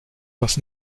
was